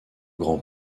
grand